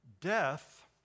Death